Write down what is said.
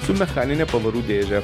su mechanine pavarų dėže